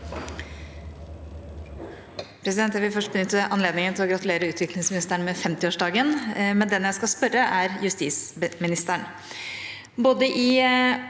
Jeg vil først be- nytte anledningen til å gratulere utviklingsministeren med 50-årsdagen. Men den jeg skal spørre, er justisministeren.